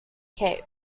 cape